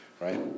right